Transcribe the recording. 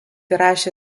įrašė